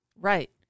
right